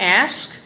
ask